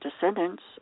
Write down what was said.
descendants